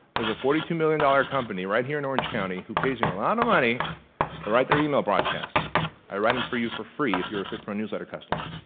there's a forty two million dollars dollar company right here in orange county who pays me a lot of money to write their email broadcasts i write them for you for free if you're fitpro newsletter customer.